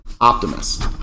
optimist